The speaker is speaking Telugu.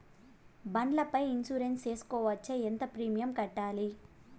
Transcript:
బండ్ల పై ఇన్సూరెన్సు సేసుకోవచ్చా? ఎంత ప్రీమియం కట్టాలి?